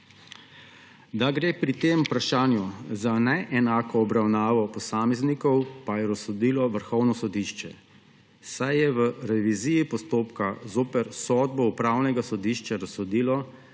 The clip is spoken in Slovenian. Da gre pri tem vprašanju za neenako obravnavo posameznikov, pa je razsodilo Vrhovno sodišče, saj je v reviziji postopka zoper sodbo Upravnega sodišča razsodilo, da se